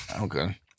Okay